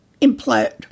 implode